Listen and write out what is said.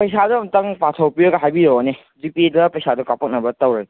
ꯄꯩꯁꯥꯗꯣ ꯑꯃꯨꯛꯇꯪ ꯄꯥꯊꯣꯛꯄꯤꯔꯒ ꯍꯥꯏꯕꯤꯔꯛꯑꯣꯅꯦ ꯖꯤꯄꯦꯗ ꯄꯩꯁꯥꯗꯣ ꯀꯥꯞꯄꯛꯅꯕ ꯇꯧꯔꯒꯦ